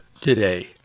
today